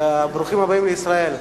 ברוכים הבאים לישראל.